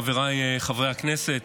חבריי חברי הכנסת,